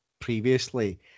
previously